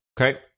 Okay